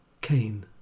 Cain